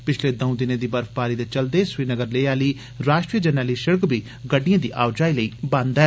पिच्छले दंऊ दिर्ने दी बर्फबारी दे चलदे श्रीनगर लेह आली राष्ट्रीय जरनैली सड़क बी गड्डियें दी आओ जाई लेई बंद ऐ